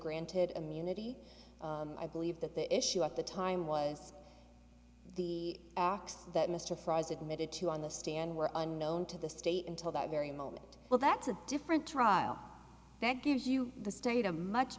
granted immunity i believe that the issue at the time was the acts that mr fries admitted to on the stand were unknown to the state until that very moment well that's a different trial that gives you the sta